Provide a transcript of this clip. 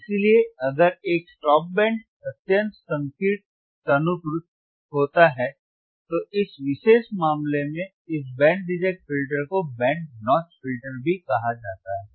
इसीलिए अगर एक स्टॉप बैंड अत्यंत संकीर्ण तनूकृत होता है तो इस विशेष मामले में इस बैंड रिजेक्ट फिल्टर को बैंड नौच फ़िल्टर भी कहा जाता है